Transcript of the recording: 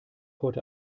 heute